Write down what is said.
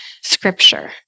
Scripture